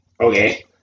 Okay